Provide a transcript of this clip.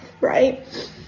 right